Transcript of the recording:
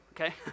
okay